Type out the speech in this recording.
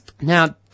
now